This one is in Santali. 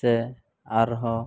ᱥᱮ ᱟᱨ ᱦᱚᱸ